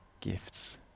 gifts